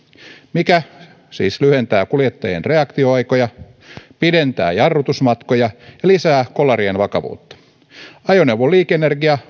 mikä siis lyhentää kuljettajien reaktioaikoja pidentää jarrutusmatkoja ja lisää kolarien vakavuutta ajoneuvon liike energia